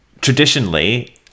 traditionally